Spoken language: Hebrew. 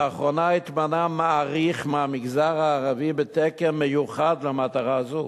לאחרונה התמנה מעריך מהמגזר הערבי בתקן מיוחד למטרה זו.